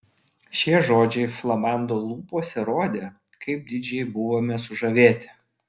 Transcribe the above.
šie žodžiai flamando lūpose rodė kaip didžiai buvome sužavėti